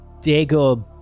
Dago